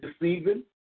deceiving